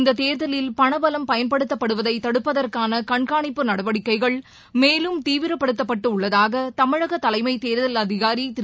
இந்ததேர்தலில் பணபலம் பயன்படுத்தப்படுவதைதடுப்பதற்கானகண்கானிப்பு நடவடிக்கைகள் மேலும் தீவிரப்படுத்தப்பட்டுஉள்ளதாகதமிழகதலைமைதேர்தல் அதிகாரிதிரு